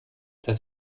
dass